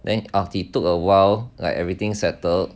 then after he took awhile like everything settle